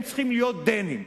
הם צריכים להיות דנים,